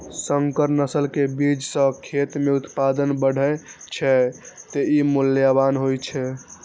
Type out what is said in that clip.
संकर नस्ल के बीज सं खेत मे उत्पादन बढ़ै छै, तें ई मूल्यवान होइ छै